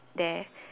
there